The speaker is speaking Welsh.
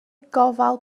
gofal